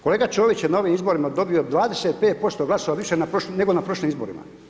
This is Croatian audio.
Kolega Čović je novim izborima dobio 25% glasova više nego na prošlim izborima.